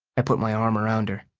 i put my arm around her.